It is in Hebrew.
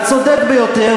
הצודק ביותר,